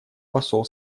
посол